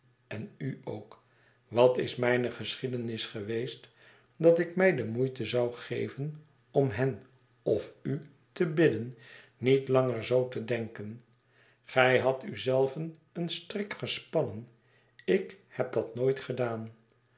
en u ook wat is mijne geschiedenis geweest dat ik mij de moeite zou geven om hen of u te bidden niet langer zoo te denken gij hadt u zelven een strik gespannen ik heb dat nooit gedaan